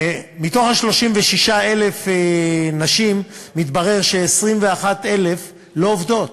מ-36,000 הנשים, מתברר ש-21,000 לא עובדות.